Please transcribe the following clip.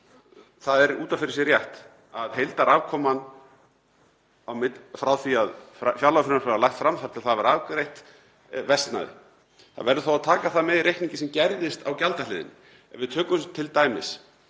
Það er út af fyrir sig rétt að heildarafkoman frá því að fjárlagafrumvarpið var lagt fram þar til það var afgreitt versnaði. Það verður þó að taka það með í reikninginn sem gerðist á gjaldahliðinni. Ef við tökum t.d.